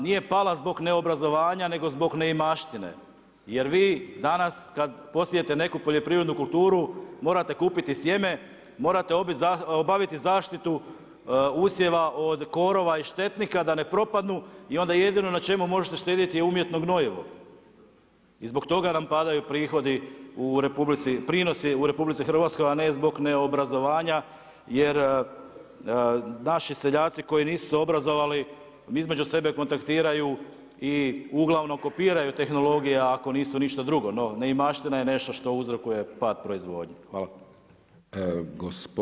Nije pala zbog neobrazovanja nego zbog neimaštine jer vi danas kada posijete neku poljoprivrednu kulturu morate kupiti sjeme, morate obaviti zaštitu usjeva od korova i štetnika da ne propadnu i onda jedino na čemu možete štedjeti je umjetno gnojivo i zbog toga nam padaju prinosi u RH, a ne zbog neobrazovanja jer naši seljaci koji se nisu obrazovali između sebe kontaktiraju i uglavnom kopiraju tehnologije ako nisu ništa drugo, no neimaština je nešto što uzrokuje pad proizvodnje.